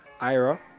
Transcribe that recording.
Ira